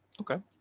Okay